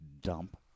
dump